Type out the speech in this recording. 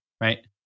right